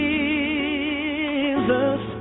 Jesus